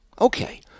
Okay